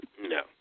No